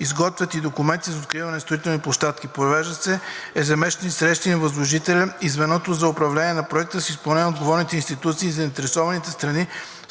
изготвят и документи за откриване на строителните площадки; – провеждат се ежеседмични срещи на възложителя и звеното за управление на проекта с изпълнители, отговорни институции и заинтересовани страни